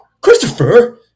Christopher